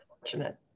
fortunate